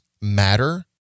matter